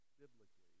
biblically